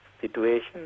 situation